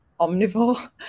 omnivore